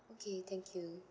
okay thank you